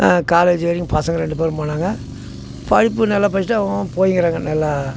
college வரையும் பசங்கள் ரெண்டு பேரும் போனாங்க படிப்பு நல்லா படிச்சுட்டு அவங்க அவங்க பொழைக்கிறாங்க நல்லா